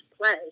play